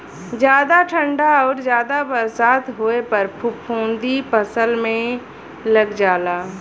जादा ठंडा आउर जादा बरसात होए पर फफूंदी फसल में लग जाला